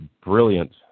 brilliant